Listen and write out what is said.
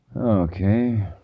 Okay